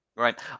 Right